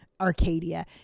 Arcadia